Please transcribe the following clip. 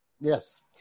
Yes